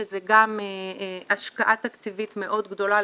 שזה גם השקעה תקציבית מאוד גדולה,